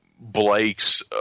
Blake's